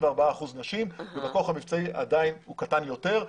אחוזים נשים והכוח המבצעי עדיין הוא קטן יותר.